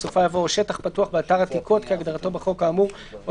בסופה יבוא "או שטח פתוח באתר עתיקות כהגדרתו בחוק האמור או